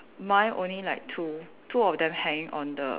mine only like two two of them hanging on the